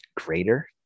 greater